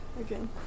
again